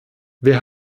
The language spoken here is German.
wer